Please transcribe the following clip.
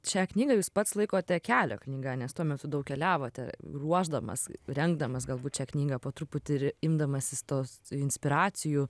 šią knygą jūs pats laikote kelio knyga nes tuo metu daug keliavote ruošdamas rengdamas galbūt šią knygą po truputį ir imdamasis tos inspiracijų